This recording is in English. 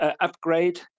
upgrade